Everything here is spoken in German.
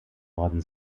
worden